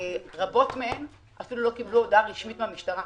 רבות מהן אפילו לא קיבלו הודעה רשמית מן המשטרה.